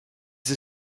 the